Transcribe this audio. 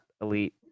elite